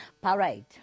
Parade